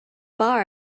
bar